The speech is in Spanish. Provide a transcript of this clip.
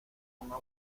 ponga